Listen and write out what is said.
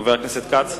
חבר הכנסת כץ?